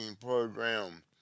program